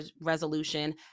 resolution